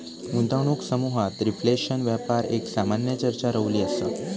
गुंतवणूक समुहात रिफ्लेशन व्यापार एक सामान्य चर्चा रवली असा